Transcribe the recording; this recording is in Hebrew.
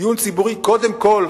דיון ציבורי קודם כול,